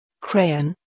crayon